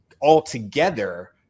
altogether